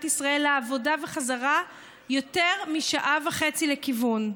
ישראל לעבודה ובחזרה יותר משעה וחצי לכיוון.